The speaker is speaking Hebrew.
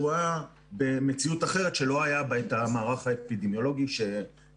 הוא היה במציאות אחרת שלא היה בה את המערך האפידמיולוגי שחוקר.